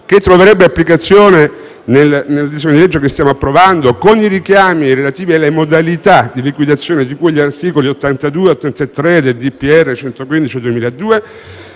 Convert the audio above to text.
che troverebbe applicazione con il disegno di legge che stiamo per approvare con i richiami relativi alle modalità di liquidazione di cui agli articoli 82 e 83 del decreto